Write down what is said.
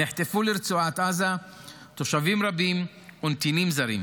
נחטפו לרצועת עזה תושבים רבים או נתינים זרים.